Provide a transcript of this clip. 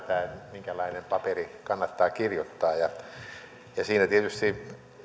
minkälainen paperi kannattaa kirjoittaa siinä tietysti